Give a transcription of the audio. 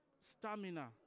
stamina